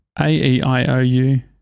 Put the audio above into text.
A-E-I-O-U